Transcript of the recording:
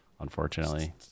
unfortunately